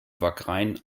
wagrain